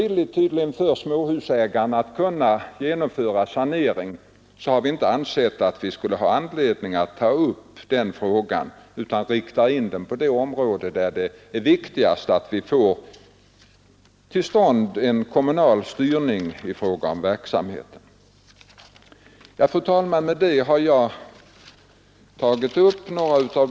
Jag skulle gärna vilja betala kostnaderna, vad de nu är.” Jag menar att de utredningar, som nu är tillsatta för att fundera över hur vi skall komma till rätta med boendekostnaderna framöver, skall få arbeta vidare med frågan innan vi tar något initiativ.